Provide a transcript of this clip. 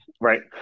Right